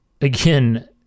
again